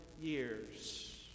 years